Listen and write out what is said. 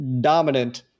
dominant